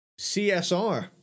CSR